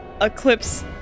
Eclipse